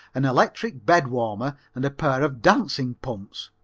an electric bed warmer and a pair of dancing pumps.